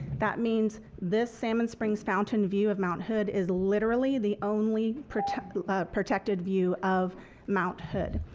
that means this salmon springs fountain view of mount hood is literally the only protected protected view of mount hood.